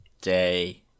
day